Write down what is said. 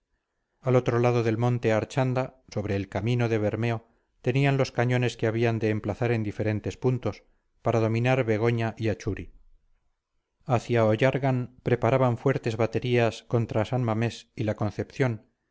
al otro lado del monte archanda sobre el camino de bermeo tenían los cañones que habían de emplazar en diferentes puntos para dominar begoña y achuri hacia ollargan preparaban fuertes baterías contra san mamés y la concepción